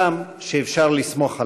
אדם שאפשר לסמוך עליו.